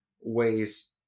ways